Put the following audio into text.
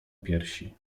piersi